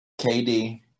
KD